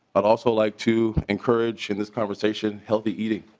but also like to encourage in the conversation healthy eating